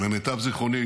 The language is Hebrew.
למיטב זכרוני,